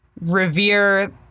revere